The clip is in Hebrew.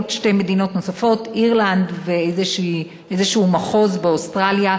שתי מדינות נוספות: אירלנד ואיזשהו מחוז באוסטרליה.